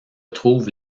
trouve